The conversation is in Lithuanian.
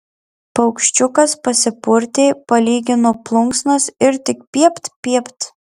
paukščiukas pasipurtė palygino plunksnas ir tik piept piept